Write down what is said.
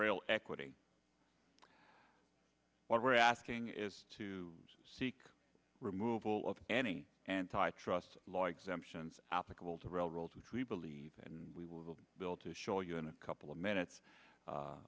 real equity what we're asking is to seek removal of any antitrust law exemptions applicable to railroads which we believe and we will build to show you in a couple of minutes